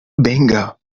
venga